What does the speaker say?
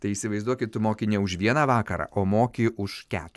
tai įsivaizduokit tu moki ne už vieną vakarą o moki už keturis